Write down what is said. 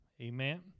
Amen